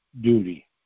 duty